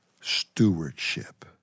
stewardship